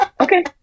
Okay